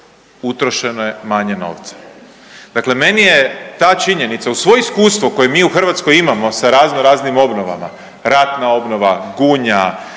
utrošeno je manje novca. Dakle, meni je ta činjenica uz svo iskustvo koje mi u Hrvatskoj imamo sa razno raznim obnovama, ratna obnova, Gunja,